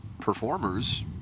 performers